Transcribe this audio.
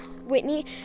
Whitney